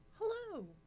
Hello